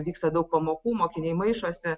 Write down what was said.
vyksta daug pamokų mokiniai maišosi